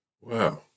Wow